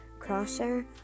Crosshair